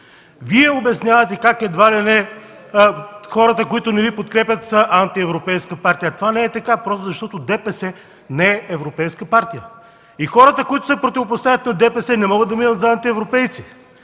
Вие обяснявате как едва ли не хората, които не Ви подкрепят, са антиевропейска партия. Това не е така, просто защото ДПС не е европейска партия. Хората, които се противопоставят на ДПС, не могат да минат за антиевропейци